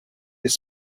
his